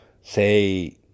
say